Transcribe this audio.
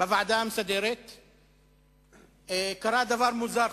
בוועדה המסדרת קרה דבר מוזר.